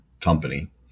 company